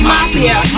Mafia